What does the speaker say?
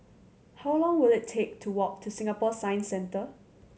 how long will it take to walk to Singapore Science Centre